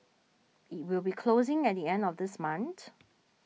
it will be closing at the end of this month